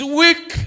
weak